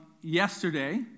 yesterday